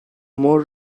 more